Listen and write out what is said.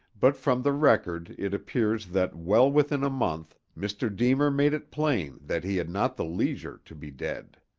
but from the record it appears that well within a month mr. deemer made it plain that he had not the leisure to be dead.